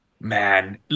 Man